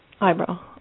Eyebrow